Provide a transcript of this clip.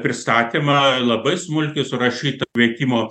pristatymą labai smulkiai surašyta pirkimo